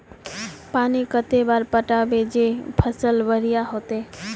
पानी कते बार पटाबे जे फसल बढ़िया होते?